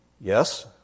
Yes